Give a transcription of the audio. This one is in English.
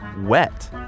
wet